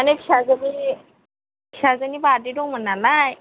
माने फिसाजोनि बार्थदे दंमोन नालाय